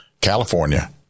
California